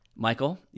Michael